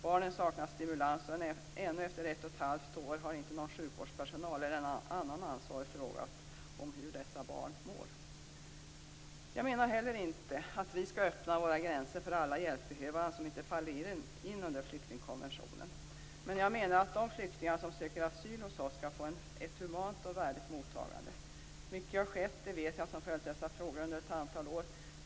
Barnen saknar stimulans, och ännu efter 1 1⁄2 år har inte någon sjukvårdspersonal eller annan ansvarig frågat hur dessa barn mår. Jag menar heller inte att vi skall öppna våra gränser för alla hjälpbehövande som inte faller in under flyktingkonventionen. Men jag menar att de flyktingar som söker asyl hos oss skall få ett humant och värdigt mottagande. Mycket har skett, det vet jag som har följt dessa frågor under ett antal år.